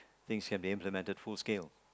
things can be implemented full scale